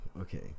okay